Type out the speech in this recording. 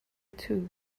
too